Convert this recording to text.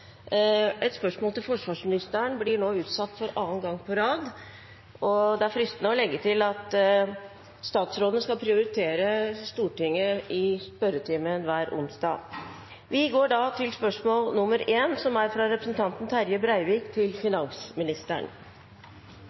Et spørsmål til forsvarsministeren blir nå utsatt for annen gang på rad, og det er fristende å legge til at statsrådene skal prioritere Stortingets spørretime hver onsdag. De foreslåtte endringer i dagens spørretime foreslås godkjent. – Det anses vedtatt. Endringene var som følger: Spørsmål 2, fra representanten André N. Skjelstad til